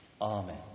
Amen